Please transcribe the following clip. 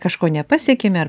kažko nepasiekėme ar